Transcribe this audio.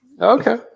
Okay